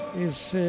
is